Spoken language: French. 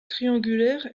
triangulaire